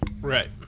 Right